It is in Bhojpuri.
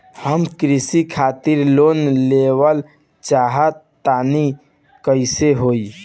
हम कृषि खातिर लोन लेवल चाहऽ तनि कइसे होई?